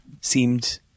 Seemed